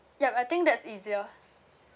yup I think that's easier